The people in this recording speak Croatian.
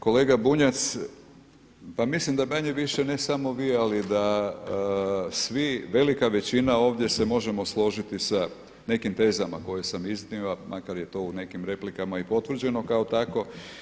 Kolega Bunjac, pa mislim da manje-više ne samo vi ali da svi, velika većina ovdje se možemo složiti sa nekim tezama koje sam iznio, a makar je to u nekim replikama i potvrđeno kao takvo.